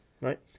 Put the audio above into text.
right